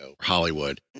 Hollywood